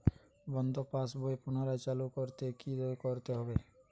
বন্ধ পাশ বই পুনরায় চালু করতে কি করতে হবে?